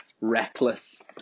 reckless